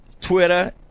Twitter